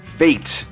fate